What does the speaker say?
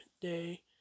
day